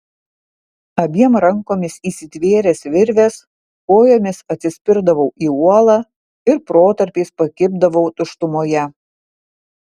abiem rankomis įsitvėręs virvės kojomis atsispirdavau į uolą ir protarpiais pakibdavau tuštumoje